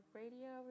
radio